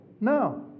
No